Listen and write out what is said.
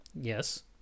Yes